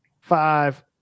five